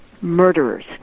murderers